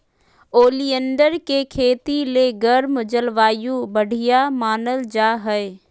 oleander के खेती ले गर्म जलवायु बढ़िया मानल जा हय